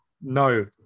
No